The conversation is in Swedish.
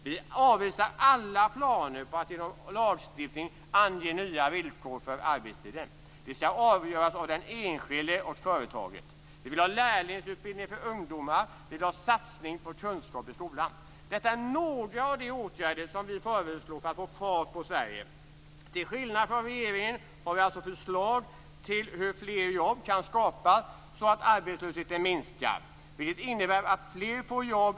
Vi avvisar alla planer på att man genom lagstiftning skall kunna ange nya villkor för arbetstider. Det skall avgöras av den enskilde och företaget. Vi vill ha lärlingsutbildning för ungdomar. Vi vill ha satsning på kunskap i skolan. Detta är några av de åtgärder som vi föreslår för att få fart på Sverige. Till skillnad från regeringen har vi alltså förslag till hur fler jobb kan skapas så att arbetslösheten minskar. Det innebär att fler får jobb.